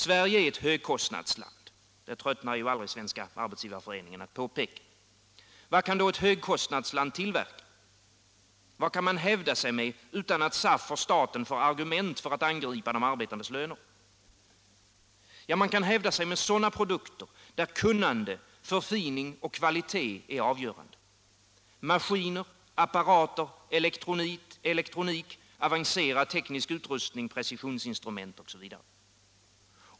Sverige är ett högkost Torsdagen den nadsland — det tröttnar ju aldrig Svenska arbetsgivareföreningen att påpeka. 16:/december 1976 Vad kan då ett högkostnadsland tillverka? Vad kan man hävda sig medj LL utan att SAF och staten får argument att angripa de arbetandes löner? Om strukturproble Man kan hävda sig med sådana produkter, där kunnande, förfining och = men inom svenskt kvalitet är avgörande liksom maskiner, apparater, elektronik, avancerad = produktionsliv teknisk utrustning precisionsinstrument osv.